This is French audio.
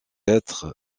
être